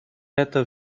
это